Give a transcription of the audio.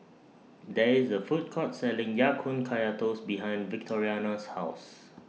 There IS A Food Court Selling Ya Kun Kaya Toast behind Victoriano's House